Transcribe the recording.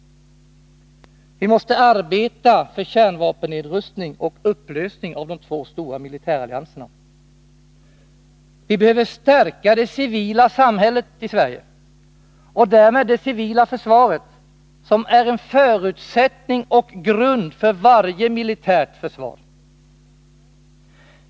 Vi måste arbeta för kärnvapennedrustning och upplösning av de två stora militärallianserna! Vi behöver stärka det civila samhället i Sverige och därmed det civila försvaret, som är en förutsättning och en grund för varje militärt försvar.